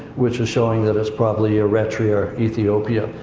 which is showing that it's probably eritrea, or ethiopia,